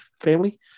family